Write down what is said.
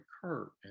Kurt